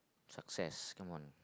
success come on